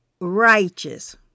righteous